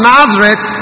Nazareth